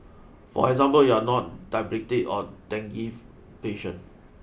for example you are not diabetic or dengue patient